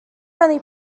only